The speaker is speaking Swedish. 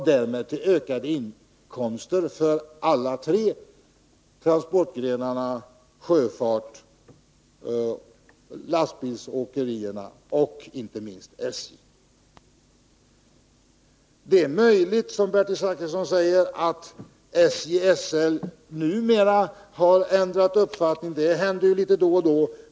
Därmed ökar inkomsterna för alla tre transportgrenarna, sjöfarten, åkerierna och inte minst SJ. Det är möjligt att det är så som Bertil Zachrisson säger att SJ-SL nu har ändrat uppfattning — det händer ju litet då och då.